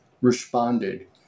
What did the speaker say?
responded